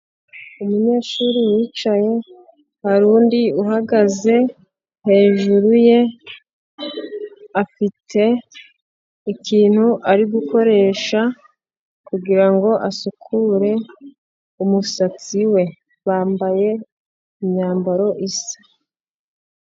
Umunyeshuri wicaye hari undi uhagaze hejuru ye, afite ikintu ari gukoresha kugirango asukure umusatsi we bambaye imyambaro isa.